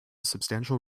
substantial